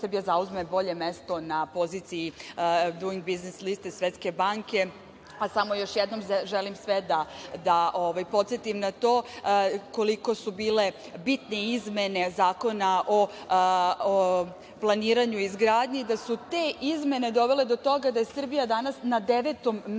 Srbija zaume bolje mesto na poziciji Duing biznis liste Svetske banke, a samo još jednom želim sve da podsetim na to koliko su bile bitne izmene Zakona o planiranju i izgradnji, da su te izmene dovele do toga da je Srbija danas na 9. mestu